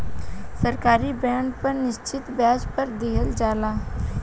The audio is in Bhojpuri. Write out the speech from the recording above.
सरकारी बॉन्ड पर निश्चित ब्याज दर दीहल जाला